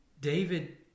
David